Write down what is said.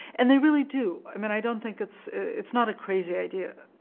and they really do. i mean i don't think it's it's not a crazy idea.